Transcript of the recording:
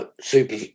super